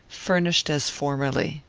furnished as formerly.